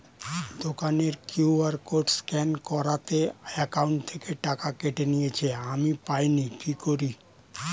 দোকানের QR code scan করাতে account থেকে টাকা কেটে নিয়েছে, আমি পাইনি কি করি?